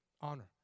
honor